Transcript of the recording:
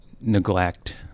neglect